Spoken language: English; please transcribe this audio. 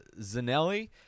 Zanelli